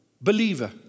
believer